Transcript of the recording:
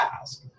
ask